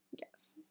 Yes